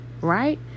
right